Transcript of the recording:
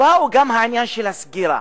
בא גם העניין של הסגירה.